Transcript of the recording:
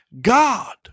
God